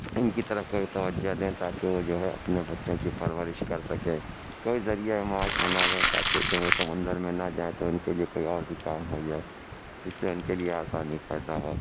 ان کی طرف کوئی توجہ دیں تاکہ وہ جو ہے اپنے بچوں کی پرورش کر سکیں کوئی ذریعہ معاش بنا ویں تاکہ جب وہ سمندر میں نہ جائیں تو ان کے لیے کوئی اور بھی کام ہو جائے جس سے ان کے لیے آسانی پیدا ہو